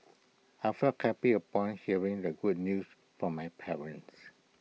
I felt happy upon hearing the good news from my parents